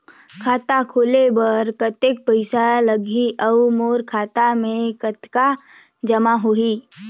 खाता खोले बर कतेक पइसा लगही? अउ मोर खाता मे कतका जमा होही?